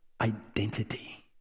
identity